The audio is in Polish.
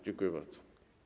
Dziękuję bardzo.